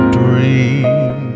dream